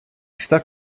stuck